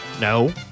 no